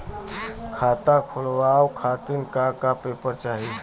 खाता खोलवाव खातिर का का पेपर चाही?